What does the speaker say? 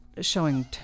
showing